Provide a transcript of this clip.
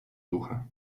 ducha